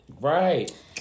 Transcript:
right